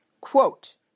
quote